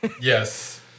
Yes